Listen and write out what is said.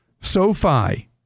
SoFi